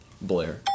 Blair